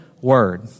word